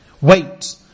Wait